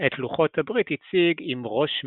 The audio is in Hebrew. את לוחות הברית הציג עם ראש מעוגל.